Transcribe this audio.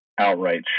outright